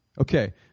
Okay